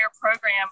program